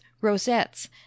rosettes